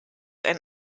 ein